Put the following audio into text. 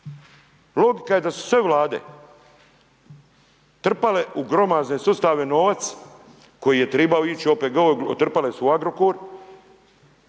Logika je da su sve vlade, trpale u glomazne sustave novac, koji je trebao ići u OPG, trpale su u Agrokor